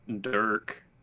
dirk